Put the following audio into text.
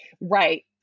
Right